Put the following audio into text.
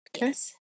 yes